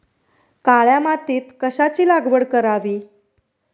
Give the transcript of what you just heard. काळ्या मातीत कशाची लागवड करावी?